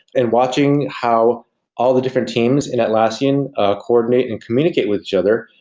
and watching how all the different teams in atlassian ah coordinate and communicate with each other.